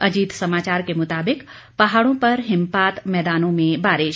अजीत समाचार के मुताबिक पहाड़ों पर हिमपात मैदानों में बारिश